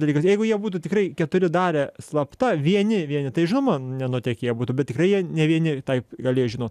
dalykas jeigu jie būtų tikrai keturi darę slapta vieni vieni tai žinoman nenutekėję būtų bet tikrai jie ne vieni taip galėjo žinot